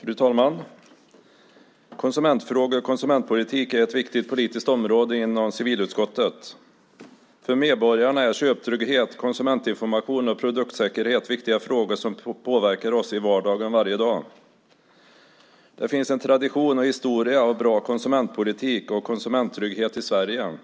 Fru talman! Konsumentfrågor och konsumentpolitik är ett viktigt politiskt område inom civilutskottet. För medborgarna är köptrygghet, konsumentinformation och produktsäkerhet viktiga frågor som påverkar oss i vardagen varje dag. Det finns en tradition och historia av bra konsumentpolitik och konsumenttrygghet i Sverige,